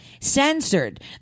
censored